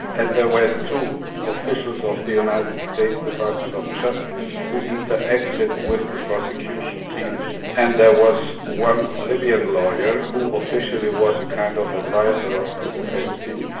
and there were two officials of the united states department of justice who interacted with the prosecution team and there was one libyan lawyer who officially was a kind of adviser of the defence team,